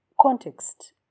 context